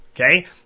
Okay